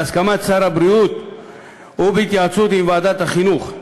בהסכמת שר הבריאות ובהתייעצות עם ועדת החינוך,